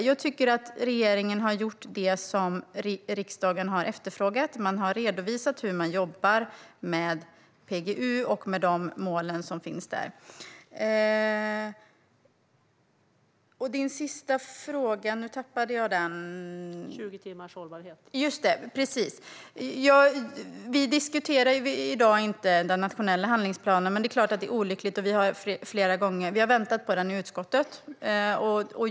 Jag tycker att regeringen har gjort det som riksdagen har efterfrågat. Man har redovisat hur man jobbar med PGU och med de mål som finns där. Nu tappade jag den sista frågan. : 20 timmars hållbarhet.) Just det! Vi diskuterar inte den nationella handlingsplanen i dag, men det är klart att det är olyckligt. Vi har väntat på den i utskottet.